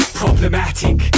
problematic